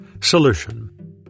Solution